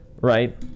right